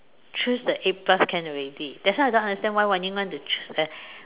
choose the eight plus can already that's why I don't understand why Wan-Ying want to ch~ uh